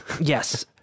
Yes